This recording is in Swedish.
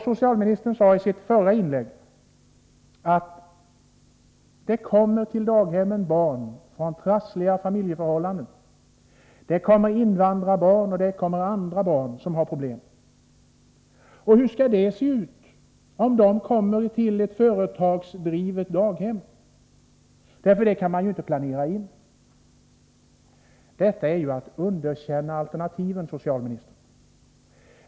Socialministern sade i sitt förra inlägg att det till daghemmen kommer barn från trassliga familjeförhållanden, det kommer invandrarbarn och andra barn som har problem. Hur skulle det se ut om de kom till ett företagsdrivet daghem, för det kan man inte planera in? Detta är att underkänna alternativen, socialministern.